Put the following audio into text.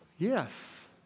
Yes